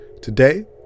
Today